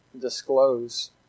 disclose